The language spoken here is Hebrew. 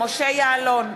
משה יעלון,